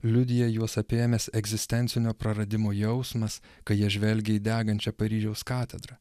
liudija juos apėmęs egzistencinio praradimo jausmas kai jie žvelgia į degančią paryžiaus katedrą